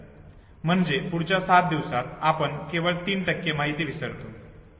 म्हणजे पुढच्या 5 दिवसात आपण केवळ 3 माहिती विसरतो